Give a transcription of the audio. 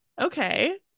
Okay